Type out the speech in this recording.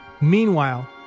Meanwhile